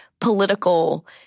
political